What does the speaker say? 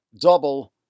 double